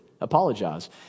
Apologize